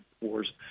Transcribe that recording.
wars